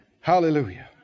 Hallelujah